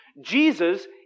Jesus